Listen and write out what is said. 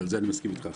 ועל זה אני מסכים איתך,